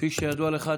כפי שידוע לך,